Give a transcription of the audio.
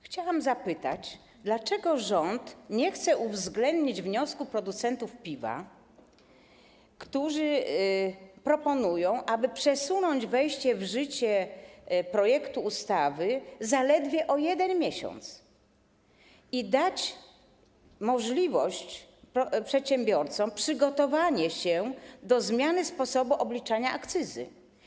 Chciałam zapytać, dlaczego rząd nie chce uwzględnić wniosku producentów piwa, którzy proponują, aby przesunąć wejście w życie ustawy zaledwie o 1 miesiąc i dać możliwość przedsiębiorcom przygotowania się do zmiany sposobu obliczania akcyzy.